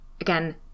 Again